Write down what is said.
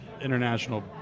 international